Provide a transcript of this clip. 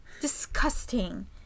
Disgusting